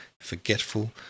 forgetful